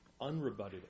unrebutted